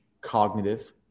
cognitive